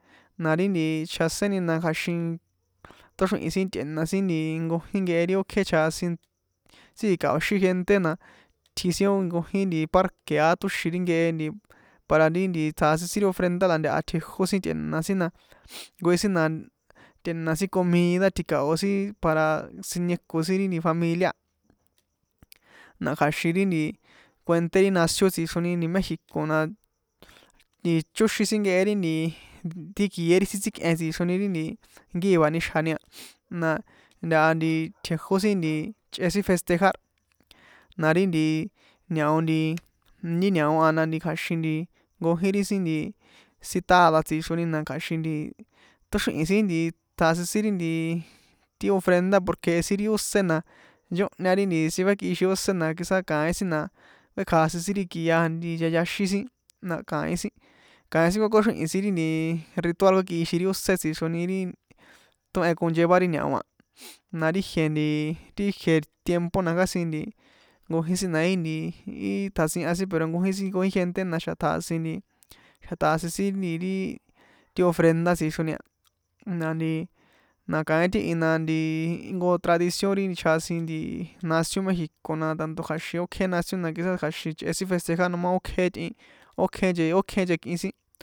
Na ri nti chjaséni na kja̱xin tóxríhin sin tꞌe̱na sin nkojin nkehe ri ókjé chjasin tsíkjikaoxín gente na tji sin ó nkojin parque a tóxin ri nkehe nti para ti nti tjasin sin ri ofrenda na ntaha tjejó sin tꞌe̱na sin na nkojin sin na tꞌe̱na sin comoida tji̱kaon sin para sinieko sin ri familia na kja̱xin ri nti kuenté ri nación mexico na nti chóxin nekhe ri nti ti kié ri sin tsíkꞌen tsixroni ri nkiva nixjani a na ntaha tjejó sin chꞌe sin festejar na ri nti ñao nti ní ñao na kja̱xin nkojin ri sin nti sin tádá tsixroni na kja̱xin nti tóxríhin sin nti tjasin sin ri nti ti ofrenda porque jehe sin ri ósé na nchóhña ri nti sin kuékꞌixin ósé na quizá kaín sin na kuékjasin sin ri kia a chayasen sin na kaín sin kaín sin kuékoxríhi̱n sin ri nti ritual kuékꞌixin ri ósé tsixroni ri tóhen conyevar ri ñao a na ri ijie nti tijie tiempo na casi nkojin sin na í nti í tjasihan sin pero nkojin gente na̱xa̱ tjasin sin nti xa tjasin sin ri ti ofrenda tsixroni a na nti na kaín tihi na nti jnko tradición ri chjasin nti nación mexico na tanto kja̱xin ókje nación na quizás kja̱xin sin chꞌe sin festejar noma ókjé itꞌin ókje ókje nchekꞌin.